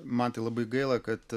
man tai labai gaila kad